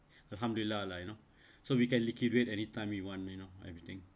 alhamdulillah lah you know so we can liquidate anytime you want me you know everything